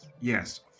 Yes